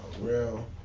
Real